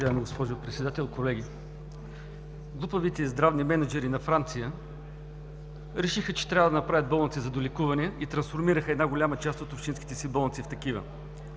Уважаема госпожо Председател, колеги! Глупавите и здравни мениджъри на Франция решиха, че трябва да направят болници за долекуване и трансформираха една голяма част от общинските си болници в такива,